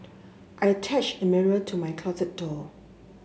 i attached the mirror to my closet door